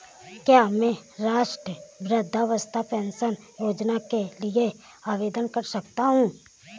क्या मैं राष्ट्रीय वृद्धावस्था पेंशन योजना के लिए आवेदन कर सकता हूँ?